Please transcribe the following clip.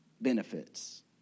benefits